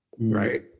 right